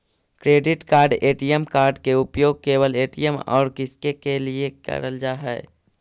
Credit card ATM card के उपयोग केवल ए.टी.एम और किसके के लिए करल जा है?